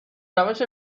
روش